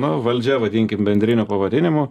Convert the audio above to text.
nu valdžia vadinkim bendriniu pavadinimu